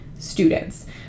students